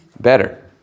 better